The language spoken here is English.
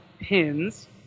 pins